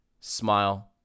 Smile